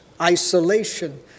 Isolation